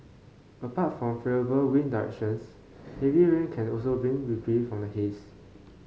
apart from favourable wind directions heavy rain can also bring reprieve from the haze